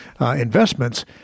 investments